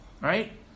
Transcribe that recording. Right